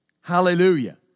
Hallelujah